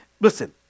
listen